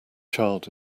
child